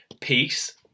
peace